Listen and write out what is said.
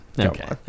Okay